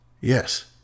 Yes